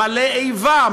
מלא איבה,